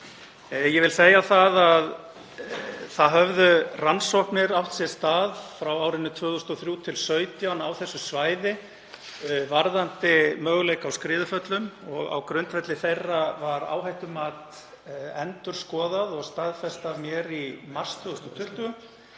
Ég vil segja það að rannsóknir höfðu verið gerðar frá 2003–2017 á þessu svæði varðandi möguleika á skriðuföllum og á grundvelli þeirra var áhættumat endurskoðað og staðfest af mér í mars 2020.